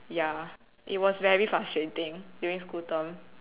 ya it was very frustrating during school term